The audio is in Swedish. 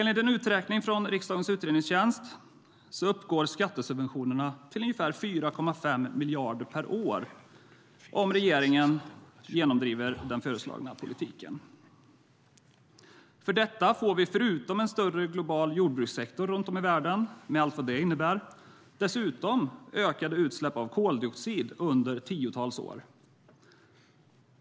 Enligt en uträkning från riksdagens utredningstjänst uppgår skattesubventionerna till ungefär 4,5 miljarder per år om regeringen genomdriver den föreslagna politiken. För detta får vi förutom en större global jordbrukssektor runt om i världen, med allt vad det innebär, dessutom ökade utsläpp av koldioxid under tiotals år.